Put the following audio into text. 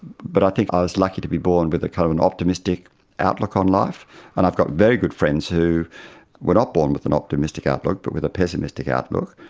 but i think i was lucky to be born with a kind of and optimistic outlook on life. and i've got very good friends who were not born with an optimistic outlook but with a pessimistic outlook,